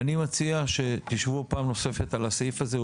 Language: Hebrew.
אני מציע שתשבו פעם נוספת על הסעיף הזה.